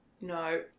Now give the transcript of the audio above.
No